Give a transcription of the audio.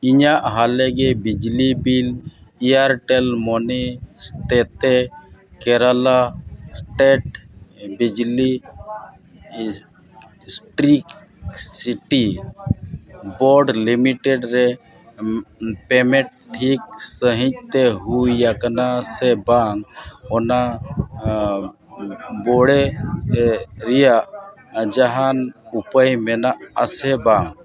ᱤᱧᱟᱹᱜ ᱦᱟᱞᱮᱜᱮ ᱵᱤᱡᱽᱞᱤ ᱵᱤᱞ ᱮᱭᱟᱨᱴᱮᱞ ᱢᱟᱱᱤ ᱦᱚᱛᱮᱛᱮ ᱠᱮᱨᱟᱞᱟ ᱥᱴᱮᱴ ᱵᱤᱡᱽᱞᱤ ᱤᱞᱮᱠᱴᱨᱤᱥᱤᱴᱤ ᱵᱳᱨᱰ ᱞᱤᱢᱤᱴᱮᱰ ᱨᱮ ᱯᱮᱢᱮᱱᱴ ᱴᱷᱤᱠ ᱥᱟᱺᱦᱤᱡᱛᱮ ᱦᱩᱭᱟᱠᱟᱱᱟ ᱥᱮᱵᱟᱝ ᱚᱱᱟ ᱵᱤᱰᱟᱹᱣ ᱨᱮᱱᱟᱜ ᱡᱟᱦᱟᱱ ᱩᱯᱟᱹᱭ ᱢᱮᱱᱟᱜᱼᱟ ᱥᱮᱵᱟᱝ